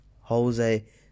Jose